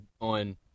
on